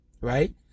right